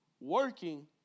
working